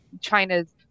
China's